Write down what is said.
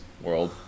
world